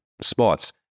spots